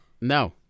no